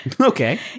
Okay